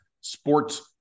sports